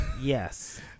yes